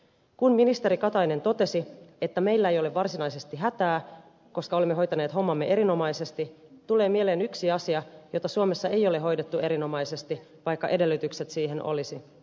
kun ministeri katainen totesi että meillä ei ole varsinaisesti hätää koska olemme hoitaneet hommamme erinomaisesti tulee mieleen yksi asia jota suomessa ei ole hoidettu erinomaisesti vaikka edellytykset siihen olisi